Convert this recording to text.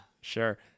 Sure